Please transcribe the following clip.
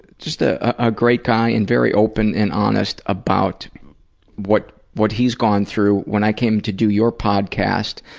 just a ah great guy and very open and honest about what what he's gone through. when i came to do your podcast,